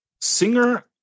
Singer